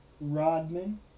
Rodman